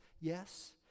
yes